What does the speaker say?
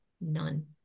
none